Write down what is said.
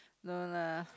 no lah